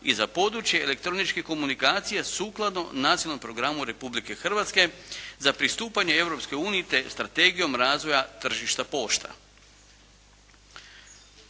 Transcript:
i za područje elektroničke komunikacije sukladno nacionalnom programu Republike Hrvatske za pristupanje Europske unije te strategijom razvoja tržišta pošta.